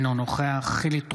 אינו נוכח חילי טרופר,